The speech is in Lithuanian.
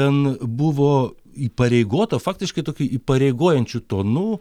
ten buvo įpareigota faktiškai tokiu įpareigojančiu tonu